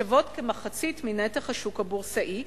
השוות כמחצית מנתח השוק הבורסאי,